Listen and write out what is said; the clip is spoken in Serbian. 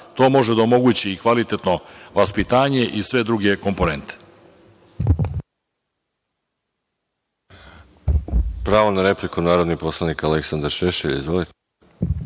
To može da omogući i kvalitetno vaspitanje i sve druge komponente.